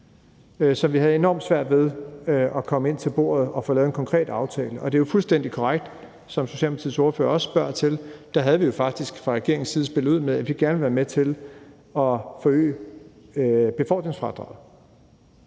Så vi havde enormt svært ved at komme ind til bordet og få lavet en konkret aftale. Og det er fuldstændig korrekt, som Socialdemokratiets ordfører også spørger til, at vi faktisk fra regeringens side havde spillet ud med, at vi gerne ville være med til at forøge befordringsfradraget.